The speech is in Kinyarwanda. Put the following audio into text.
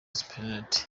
supt